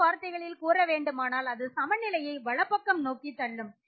மற்ற வார்த்தைகளில் கூற வேண்டுமானால் அது சமநிலையை வலப்பக்கம் நோக்கித் தள்ளும்